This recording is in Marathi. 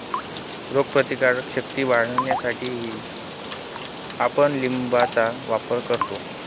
रोगप्रतिकारक शक्ती वाढवण्यासाठीही आपण लिंबाचा वापर करतो